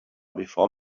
before